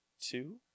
two